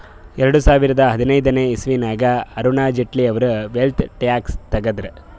ಎರಡು ಸಾವಿರದಾ ಹದಿನೈದನೇ ಇಸವಿನಾಗ್ ಅರುಣ್ ಜೇಟ್ಲಿ ಅವ್ರು ವೆಲ್ತ್ ಟ್ಯಾಕ್ಸ್ ತಗುದ್ರು